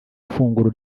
funguro